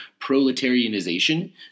proletarianization